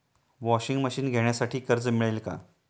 Washing machine घेण्यासाठी कर्ज मिळेल का?